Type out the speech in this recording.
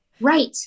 Right